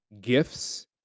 gifts